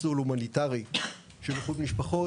מסלול הומניטרי של איחוד משפחות,